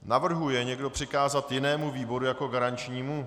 Navrhuje někdo přikázat jinému výboru jako garančnímu?